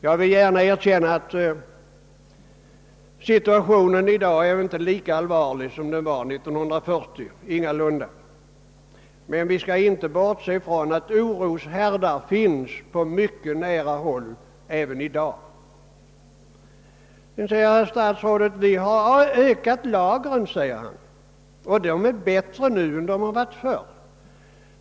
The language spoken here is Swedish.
Jag vill gärna erkänna att den utrikespolitiska situationen inte är lika allvarlig som den var 1940, men vi kan inte bortse ifrån att det även i dag finns oroshärdar på mycket nära håll. Sedan säger herr statsrådet: Vi har ökat lagren, och de är större nu än de varit tidigare.